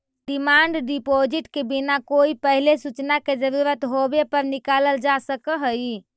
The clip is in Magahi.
डिमांड डिपॉजिट के बिना कोई पहिले सूचना के जरूरत होवे पर निकालल जा सकऽ हई